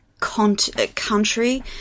country